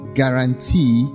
guarantee